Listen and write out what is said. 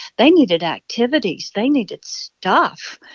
they needed activities. they needed stuff.